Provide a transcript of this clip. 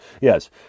Yes